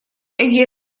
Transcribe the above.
эге